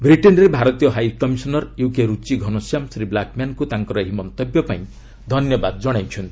ବ୍ରିଟେନ୍ରେ ଭାରତୀୟ high commissioner UK Ruchi Ghanashyam Shri ବ୍ଲାକ୍ମ୍ୟାନ୍ଙ୍କୁ ତାଙ୍କର ଏହି ମନ୍ତବ୍ୟ ପାଇଁ ଧନ୍ୟବାଦ ଜଣାଇଛନ୍ତି